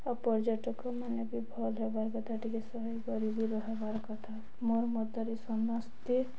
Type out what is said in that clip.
ଆଉ ପର୍ଯ୍ୟଟକମାନେ ବି ଭଲ୍ ହେବାର କଥା ଟିକେ ଶୁଣି କରିବି ରହିବାର କଥା ମୋର ମତରେ ସମସ୍ତେ